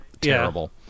terrible